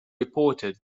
reported